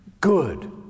Good